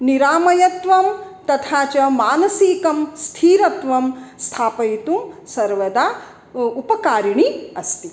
निरामयत्वं तथा च मानसिकं स्थिरत्वं स्थापयितुं सर्वदा उ उपकारिणी अस्ति